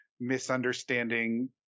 misunderstanding